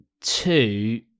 Two